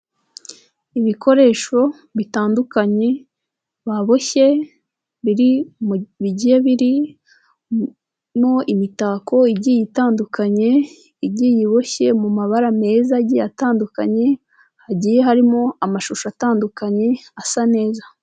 Ibikoresho bitandukanye baboshye biri, mu bigiye birimo imitako igiye itandukanye, igiye iboshye mu mabara meza agiye atandukanye, hagiye harimo amashusho atandukanye asa neza.